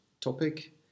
topic